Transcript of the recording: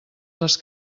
les